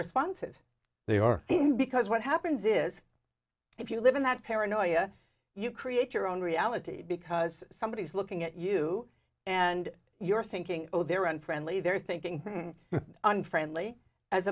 responsive they are in because what happens is if you live in that paranoia you create your own reality because somebody is looking at you and you're thinking oh they're unfriendly they're thinking unfriendly as